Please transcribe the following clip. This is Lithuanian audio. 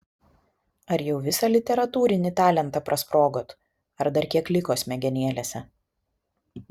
ar jau visą literatūrinį talentą prasprogot ar dar kiek liko smegenėlėse